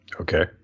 Okay